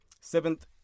Seventh